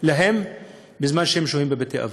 להם בזמן שהם שוהים בבתי-אבות.